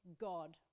God